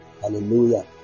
Hallelujah